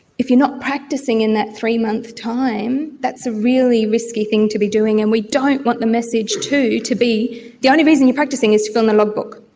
if you're not practising in that three-month time, that's a really risky thing to be doing, and we don't want the message too to be the only reason you're practising is to fill in the logbook.